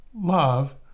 love